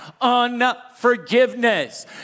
Unforgiveness